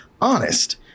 honest